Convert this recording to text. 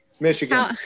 Michigan